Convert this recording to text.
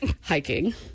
hiking